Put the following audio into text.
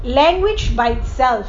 language by itself